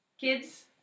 Kids